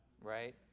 Right